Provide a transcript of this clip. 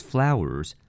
Flowers